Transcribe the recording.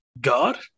God